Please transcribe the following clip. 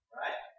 right